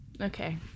okay